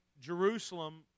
Jerusalem